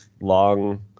long